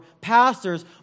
pastors